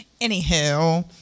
Anyhow